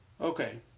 Okay